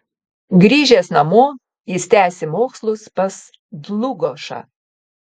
grįžęs namo jis tęsė mokslus pas dlugošą